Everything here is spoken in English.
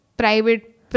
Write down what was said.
private